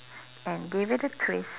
and give it a twist